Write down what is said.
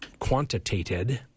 quantitated